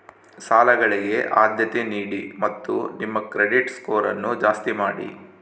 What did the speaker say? ಸಾಲಗಳಿಗೆ ಆದ್ಯತೆ ನೀಡಿ ಮತ್ತು ನಿಮ್ಮ ಕ್ರೆಡಿಟ್ ಸ್ಕೋರನ್ನು ಜಾಸ್ತಿ ಮಾಡಿ